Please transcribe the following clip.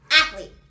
Athlete